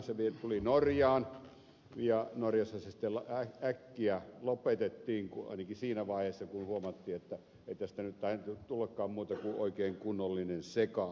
se tuli norjaan ja norjassa se sitten äkkiä lopetettiin ainakin siinä vaiheessa kun huomattiin ettei siitä nyt tainnut tullakaan muuta kuin oikein kunnollinen sekaannus